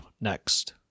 next